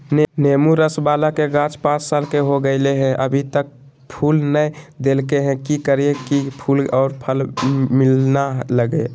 नेंबू रस बाला के गाछ पांच साल के हो गेलै हैं अभी तक फूल नय देलके है, की करियय की फूल और फल मिलना लगे?